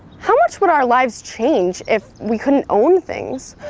how much would our lives change if we couldn't own things?